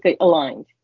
aligned